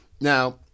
Now